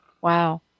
Wow